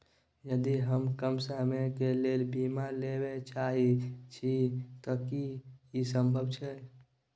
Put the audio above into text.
यदि हम कम समय के लेल बीमा लेबे चाहे छिये त की इ संभव छै?